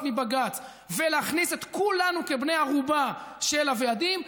מבג"ץ ולהכניס את כולנו כבני ערובה של הוועדים,